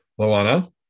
Loana